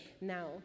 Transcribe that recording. Now